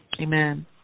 Amen